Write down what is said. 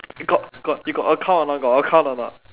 got got you got account or not you got account or not